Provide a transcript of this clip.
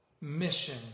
mission